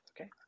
Okay